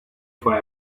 for